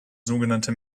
sogenannte